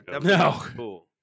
no